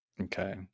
okay